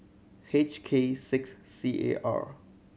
H K six C A R